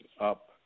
up